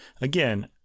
Again